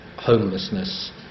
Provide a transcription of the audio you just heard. homelessness